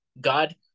God